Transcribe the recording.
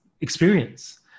experience